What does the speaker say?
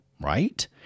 right